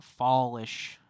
fallish